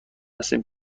هستیم